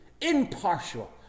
impartial